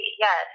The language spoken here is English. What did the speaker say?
Yes